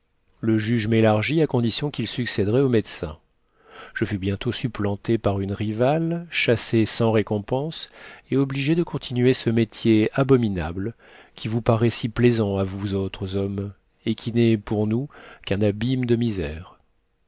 le juge m'élargit à condition qu'il succéderait au médecin je fus bientôt supplantée par une rivale chassée sans récompense et obligée de continuer ce métier abominable qui vous paraît si plaisant à vous autres hommes et qui n'est pour nous qu'un abîme de misère